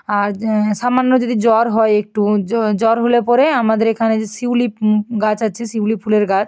আর সামান্য যদি জ্বর হয় একটু জ্বর হলে পরে আমাদের এখানে যে শিউলি গাছ আছে শিউলি ফুলের গাছ